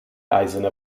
eisene